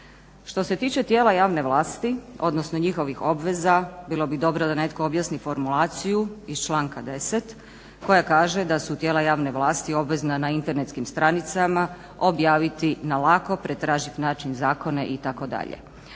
Što se tiče tijela javne vlasti, odnosno njihovih obveza, bilo bi dobro da netko objasni formulaciju iz članak. 10 koja kaže da su tijela javne vlasti obvezna na internetskim stranicama objaviti na lako pretražljiv način zakone i